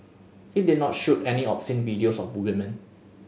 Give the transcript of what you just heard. he did not shoot any obscene videos of women